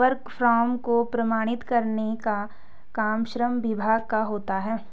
workforce को प्रमाणित करने का काम श्रम विभाग का होता है